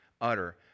utter